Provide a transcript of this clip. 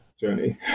journey